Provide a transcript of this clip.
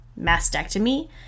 mastectomy